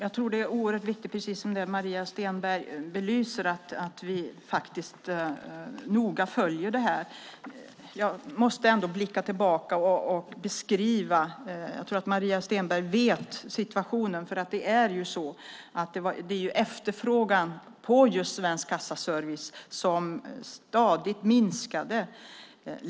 Herr talman! Precis som Maria Stenberg säger tror jag att det är oerhört viktigt att vi noga följer detta. Jag måste ändå ge en tillbakablick. Maria Stenberg vet säkert hur situationen ser ut. Efterfrågan på Svensk Kassaservice minskade stadigt.